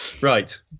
Right